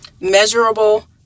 measurable